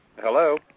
Hello